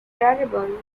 variable